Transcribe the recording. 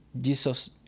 Jesus